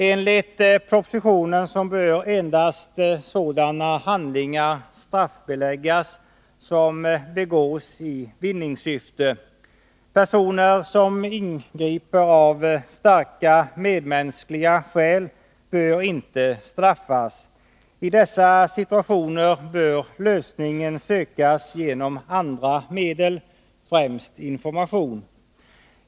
Enligt propositionen bör endast sådana handlingar straffbeläggas som begås i vinningssyfte. Personer som ingriper av starka medmänskliga skäl bör inte straffas. I dessa situationer bör lösningen sökas genom andra medel, främst information.